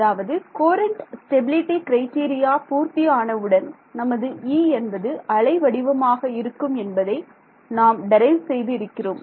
அதாவது Courant stability criteria பூர்த்தி ஆனவுடன் நமது E என்பது அலை வடிவமாக இருக்கும் என்பதை நாம் டெரைவ் செய்து இருக்கிறோம்